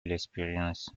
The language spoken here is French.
l’expérience